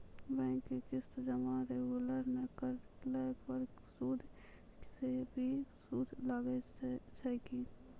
Bank के किस्त जमा रेगुलर नै करला पर सुद के भी सुद लागै छै कि?